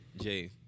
Jay